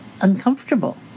uncomfortable